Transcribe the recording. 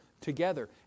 together